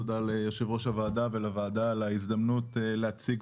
תודה ליו"ר הוועדה ולוועדה על ההזדמנות להציג